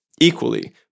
equally